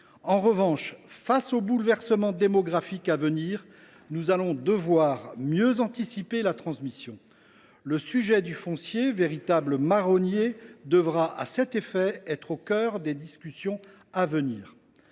En revanche, face au bouleversement démographique à venir, nous allons devoir mieux anticiper la transmission. Le sujet du foncier, véritable marronnier, devra, à cet effet, être au cœur des discussions à venir.